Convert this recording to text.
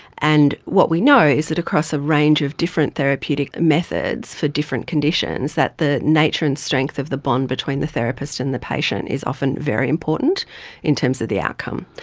and what we know is that across a range of different therapeutic methods for different conditions, that the nature and strength of the bond between the therapist and the patient is often very important in terms of the outcome.